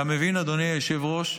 אתה מבין, אדוני היושב-ראש,